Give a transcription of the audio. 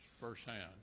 firsthand